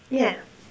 yeah